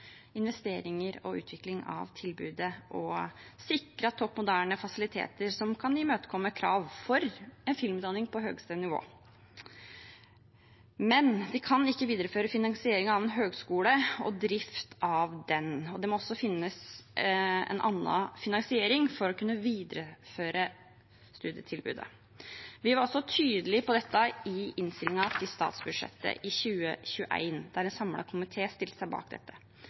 investeringer og utvikling av tilbudet og sikret topp moderne fasiliteter som kan imøtekomme krav for en filmutdanning på høyeste nivå. Men vi kan ikke videreføre finansiering av en høyskole og drift av den. Det må også finnes en annen finansiering for å kunne videreføre studietilbudet. Vi var også tydelige på dette i innstillingen til statsbudsjettet i 2021, der en samlet komité stilte seg bak dette.